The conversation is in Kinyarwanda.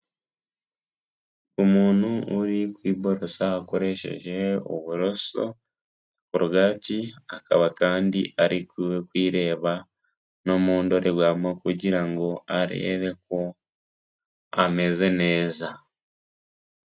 Umuntu uri kwiborosa akoresheje uburoso na korogati, akaba kandi ari kwireba no mu ndorerwamo kugira ngo arebe ko ameze neza.